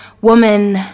woman